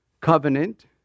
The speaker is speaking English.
Covenant